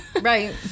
Right